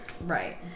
Right